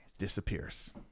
disappears